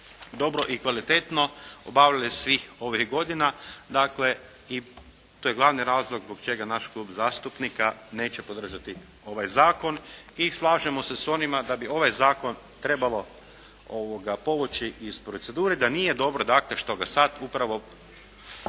dobro i kvalitetno obavljali svih ovih godina. Dakle, i to je glavni razlog zbog čega naš klub zastupnika neće podržati ovaj zakon. I slažemo se s onima da bi ovaj zakon trebamo povući iz procedure, da nije dobro dakle što ga sad upravo